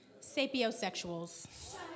Sapiosexuals